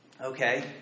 okay